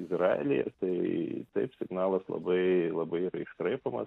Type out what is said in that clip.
izraelyje tai taip signalas labai labai yra iškraipomas